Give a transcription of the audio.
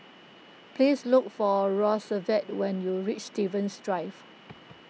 please look for Roosevelt when you reach Stevens Drive